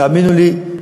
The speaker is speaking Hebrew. תאמינו לי,